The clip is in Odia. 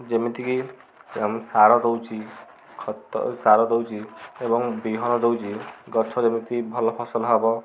ଯେମିତିକି ଆମେ ସାର ଦଉଛି ଖତ ସାର ଦଉଛି ଏବଂ ବିହନ ଦଉଛି ଗଛ ଯେମିତି ଭଲ ଫସଲ ହବ